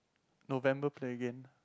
November play again